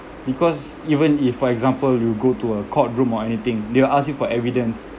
because even if for example you go to a court room or anything they will ask you for evidence